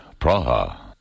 Praha